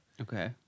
Okay